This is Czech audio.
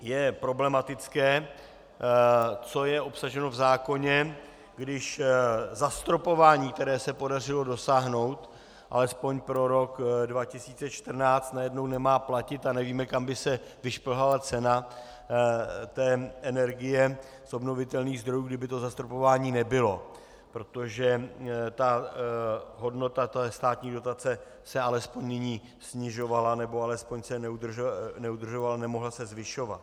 Je problematické, co je obsaženo v zákoně, když zastropování, které se podařilo dosáhnout alespoň pro rok 2014, najednou nemá platit a nevíme, kam by se vyšplhala cena energie z obnovitelných zdrojů, kdyby to zastropování nebylo, protože hodnota státní dotace se alespoň nyní snižovala nebo alespoň se neudržovala, nemohla se zvyšovat.